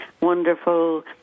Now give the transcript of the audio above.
wonderful